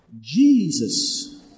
Jesus